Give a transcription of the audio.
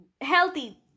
healthy